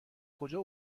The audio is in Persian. کجا